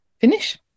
finish